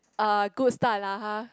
a good start lah uh